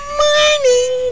morning